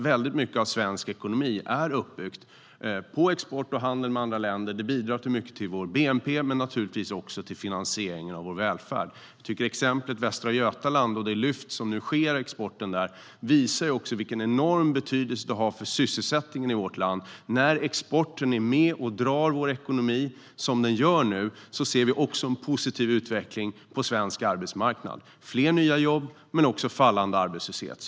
Väldigt mycket av svensk ekonomi är nämligen uppbyggd på export och handel med andra länder och bidrar mycket till vår bnp men naturligtvis också till finansieringen av vår välfärd. Jag tycker att exemplet Västra Götaland och det lyft som nu sker av exporten där visar vilken enorm betydelse som exporten har för sysselsättningen i vårt land. När exporten är med och drar vår ekonomi som den nu gör ser vi också en positiv utveckling på svensk arbetsmarknad - fler nya jobb men också en fallande arbetslöshet.